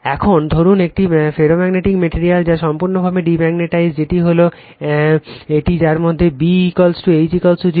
এখন ধরুন একটি ফেরোম্যাগনেটিক ম্যাটেরিয়াল যা সম্পূর্ণরূপে ডিম্যাগনেটাইজড যেটি হল একটি যার মধ্যে B H 0